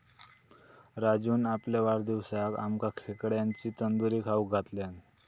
राजून आपल्या वाढदिवसाक आमका खेकड्यांची तंदूरी खाऊक घातल्यान